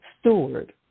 steward